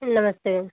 नमस्ते